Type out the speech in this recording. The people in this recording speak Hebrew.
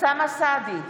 אוסאמה סעדי,